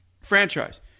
franchise